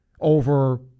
over